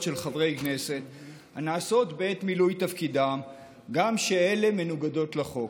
של חברי כנסת הנעשות בעת מילוי תפקידם גם כשאלה מנוגדות לחוק.